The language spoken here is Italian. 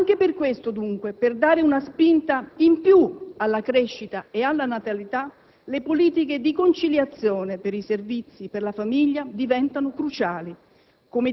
Anche per questo, dunque, per dare una spinta in più alla crescita e alla natalità, le politiche di conciliazione per i servizi e per la famiglia diventano cruciali,